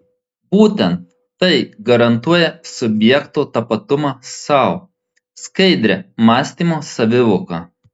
būtent tai garantuoja subjekto tapatumą sau skaidrią mąstymo savivoką